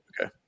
Okay